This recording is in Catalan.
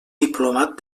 diplomat